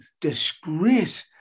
disgrace